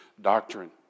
doctrine